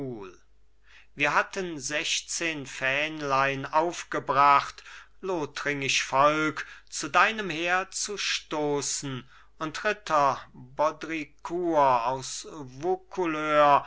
wir hatten sechzehn fähnlein aufgebracht lothringisch volk zu deinem heer zu stoßen und ritter baudricour aus